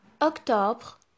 octobre